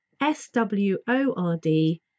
S-W-O-R-D